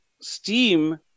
steam